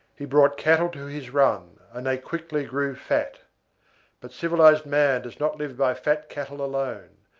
he brought cattle to his run, and they quickly grew fat but civilised man does not live by fat cattle alone,